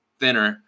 thinner